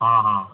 हां हां